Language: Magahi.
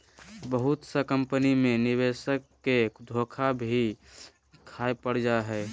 बहुत सा कम्पनी मे निवेशक के धोखा भी खाय पड़ जा हय